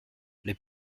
les